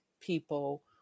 people